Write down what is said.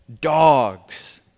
dogs